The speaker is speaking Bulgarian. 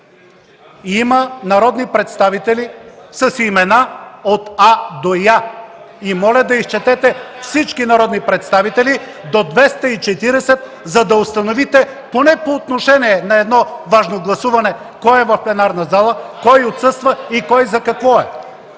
Има народни представители с имена от А до Я и моля да изчетете всички народни представители до 240, за да установите, поне по отношение на едно важно гласуване, кой е в пленарната зала, кой отсъства и кой за какво е.